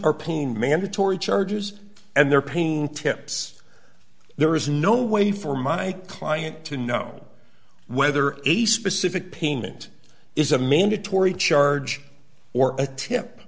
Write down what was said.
are playing mandatory chargers and they're paying tips there is no way for my client to know whether a specific payment is a mandatory charge or a tip